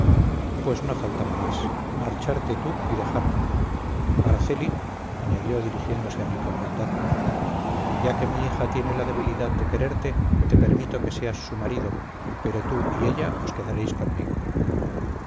pues no faltaba más marcharte tú y dejarme araceli añadió dirigiéndose a mí con bondad ya que mi hija tiene la debilidad de quererte te permito que seas su marido pero tú y ella os quedaréis conmigo